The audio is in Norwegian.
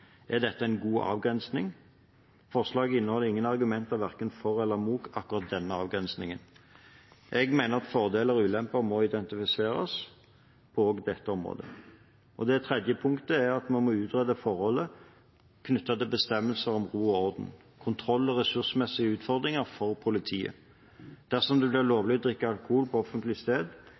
Er dette en god avgrensning? Forslaget inneholder ingen argumenter verken for eller imot akkurat denne avgrensningen. Jeg mener at fordeler og ulemper må identifiseres på dette området. Det tredje punktet er at man må utrede forholdet knyttet til bestemmelser om ro og orden og kontroll- og ressursmessige utfordringer for politiet. Dersom det blir lovlig å drikke alkohol på offentlig sted,